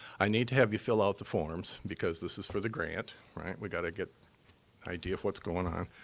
i need to have you fill out the forms, because this is for the grant, right? we gotta get an idea of what's going on.